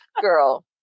girl